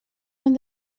van